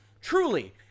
truly